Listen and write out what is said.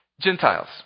Gentiles